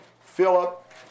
Philip